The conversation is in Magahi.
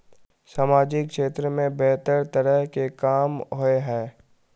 सामाजिक क्षेत्र में बेहतर तरह के काम होय है?